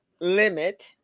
limit